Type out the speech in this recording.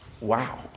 wow